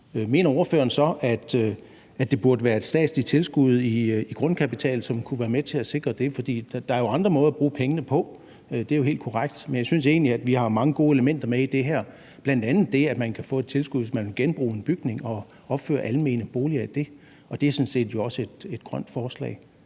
Mener ordføreren så, at det burde være et statsligt tilskud i grundkapital, som kunne være med til at sikre det? For der er andre måder at bruge pengene på, det er jo helt korrekt, men jeg synes egentlig, at vi har mange gode elementer med i det her, bl.a. det, at man kan få et tilskud, hvis man vil genbruge en bygning og opføre almene boliger i den, og det er jo sådan set også et grønt forslag.